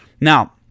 Now